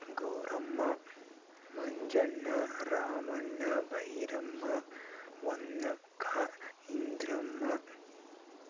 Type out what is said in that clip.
Gowramma Manjanna Ramanna Bhairamma Vannakka Indramma